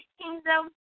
Kingdom